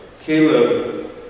Caleb